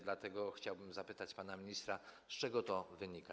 Dlatego chciałbym zapytać pana ministra, z czego to wynika.